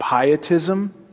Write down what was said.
pietism